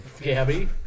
Gabby